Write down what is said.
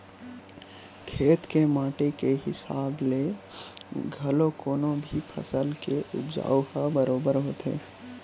खेत के माटी के हिसाब ले घलो कोनो भी फसल के उपज ह बरोबर होथे